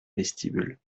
vestibule